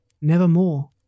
Nevermore